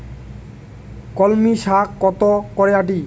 কলমি শাখ কত করে আঁটি?